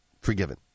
forgiven